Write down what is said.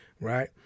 Right